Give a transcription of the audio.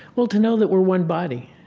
well, to know that we're one body.